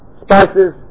spices